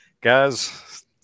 Guys